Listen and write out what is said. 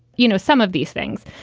you know, some of these things.